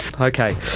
okay